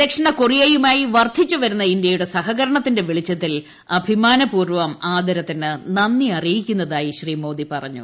ദക്ഷിണ ക്ട്രിറിയിയുമായി വർദ്ധിച്ചുവരുന്ന ഇന്ത്യയുടെ സഹകരണത്തിന്റെ വെളിച്ചത്തിൽ അഭിമാനപൂർവ്വം ആദരത്തിന് നന്ദി അറിയിക്കുന്നതായി ശ്രീ മോദി പറഞ്ഞു